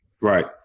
Right